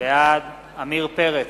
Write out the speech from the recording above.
בעד עמיר פרץ,